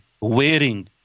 wearing